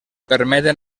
permeten